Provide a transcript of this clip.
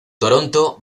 toronto